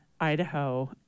Idaho